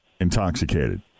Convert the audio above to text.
intoxicated